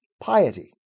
piety